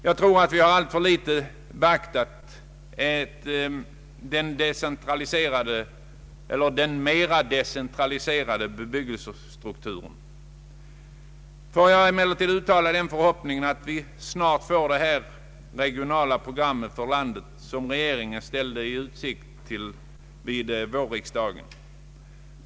Jag tror att vi alltför litet har beaktat behovet av en mera decentraliserad bebyggelsestruktur. Får jag emellertid uttala den förhoppningen att vi snarast får del av det regionala program för hela landet som regeringen ställde i utsikt vid vårriksdagen.